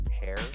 hair